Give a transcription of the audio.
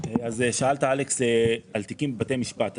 שאלת על תיקים בבתי משפט.